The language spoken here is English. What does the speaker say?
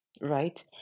right